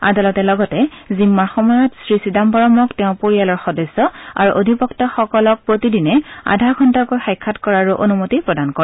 আদালতে লগতে জিম্মাৰ সময়ত শ্ৰী চিদাম্বৰমক তেওঁৰ পৰিয়ালৰ সদস্য আৰু অধিবক্তাসকলক প্ৰতিদিনে আধা ঘণ্টাকৈ সাক্ষাৎ কৰাৰো অনুমতি প্ৰদা কৰে